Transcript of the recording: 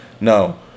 No